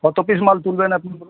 কত পিস মাল তুলবেন আপনি বলুন